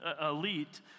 elite